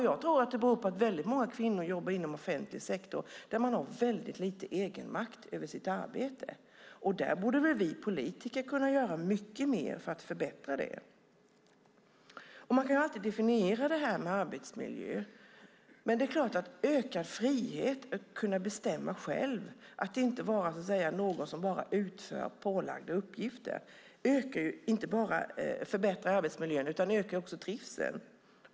Jag tror att det beror på att väldigt många kvinnor jobbar inom offentlig sektor där man har mycket lite egen makt över sitt arbete. Där borde vi politiker kunna göra mycket mer för att förbättra. Man kan definiera arbetsmiljö, men det är klart att ökad frihet och att kunna bestämma själv - inte vara någon som så att säga bara utför pålagda uppgifter - inte bara förbättrar arbetsmiljön utan ökar också trivseln.